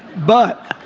but